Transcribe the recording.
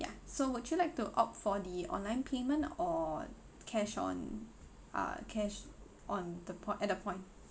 yeah so would you like to opt for the online payment or cash on uh cash on the po~ at the point